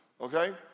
okay